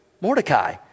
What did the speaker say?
Mordecai